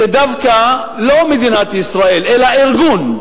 זה דווקא לא מדינת ישראל אלא ארגון.